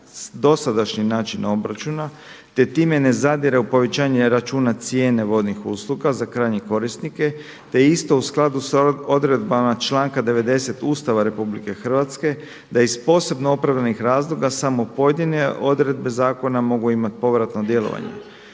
dosadašnji način obračuna te time ne zadire u povećanje računa cijene vodnih usluga za krajnje korisnike te isto u skladu s odredbama članka 90. Ustava Republike Hrvatske da iz posebno opravdanih razloga samo pojedine odredbe zakona mogu imati povratno djelovanje,